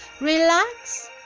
relax